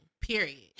period